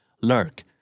lurk